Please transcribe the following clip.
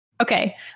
okay